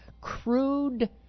crude